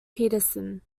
peterson